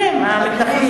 אתם, המתנחלים.